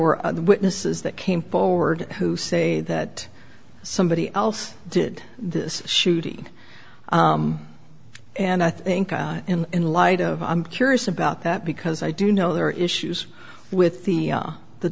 were other witnesses that came forward who say that somebody else did this shooting and i think in light of i'm curious about that because i do know there are issues with the that the